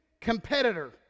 competitor